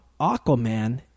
Aquaman